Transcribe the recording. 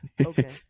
Okay